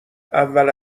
اول